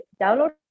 download